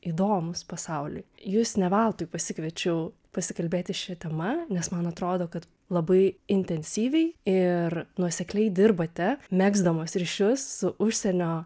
įdomūs pasauliui jus ne veltui pasikviečiau pasikalbėti šia tema nes man atrodo kad labai intensyviai ir nuosekliai dirbate megzdamos ryšius su užsienio